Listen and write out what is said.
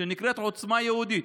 שנקראת עוצמה יהודית.